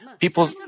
People